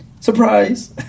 Surprise